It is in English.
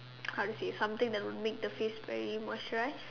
kind of face something that will make the face very moisturize